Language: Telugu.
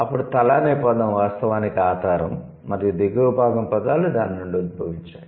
అప్పుడు తల అనే పదం వాస్తవానికి ఆధారం మరియు దిగువ భాగం పదాలు దాని నుండి ఉద్భవించాయి